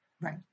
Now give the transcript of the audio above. right